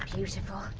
beautiful.